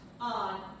on